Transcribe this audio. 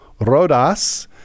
Rodas